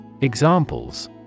Examples